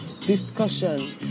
discussion